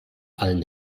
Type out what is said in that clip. allen